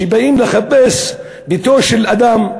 כשבאים לחפש בביתו של אדם,